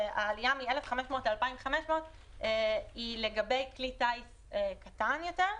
שהעלייה מ-1,500 ל-2,500 היא לגבי כלי טיס קטן יותר.